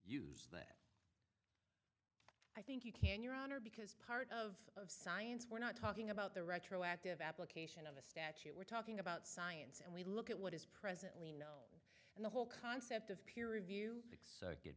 can't i think you can your honor because part of of science we're not talking about the retroactive application of the statute we're talking about science and we look at what is presently no and the whole concept of peer review